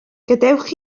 gadewch